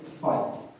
fight